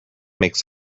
makes